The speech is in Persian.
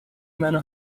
منو